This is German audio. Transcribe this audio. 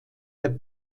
der